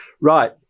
Right